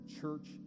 church